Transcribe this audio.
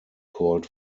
called